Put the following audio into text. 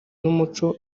n’umuco